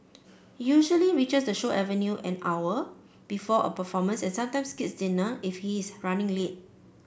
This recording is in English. he usually reaches the show avenue an hour before a performance and sometimes skips dinner if he is running late